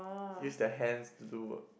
use their hands to do work